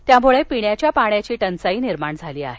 त्यामुळे पिण्याच्या पाण्याची टंचाई निर्माण झाली आहे